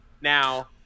Now